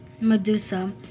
medusa